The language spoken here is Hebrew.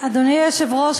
אדוני היושב-ראש,